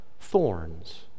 thorns